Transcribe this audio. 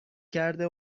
کرده